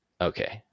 okay